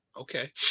okay